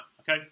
Okay